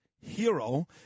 hero